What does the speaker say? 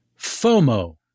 FOMO